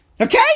Okay